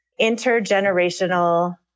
intergenerational